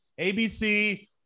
ABC